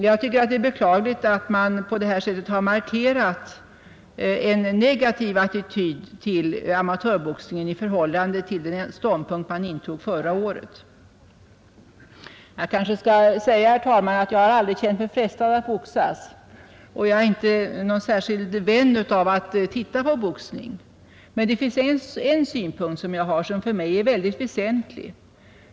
Jag tycker det är beklagligt att man på det här sättet har markerat en negativ attityd till amatörboxningen i förhållande till den ståndpunkt man intog förra året. Jag kanske skall säga, herr talman, att jag har aldrig känt mig frestad att boxas och jag är inte någon särskild vän av att titta på boxning. Men det finns en synpunkt som jag har och som för mig är väldigt väsentlig.